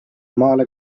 maale